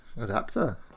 adapter